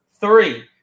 three